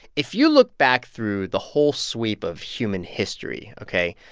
if you look back through the whole sweep of human history ok,